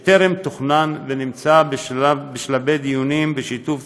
שטרם תוכנן, ונמצא בשלבי דיונים ושיתוף